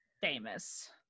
famous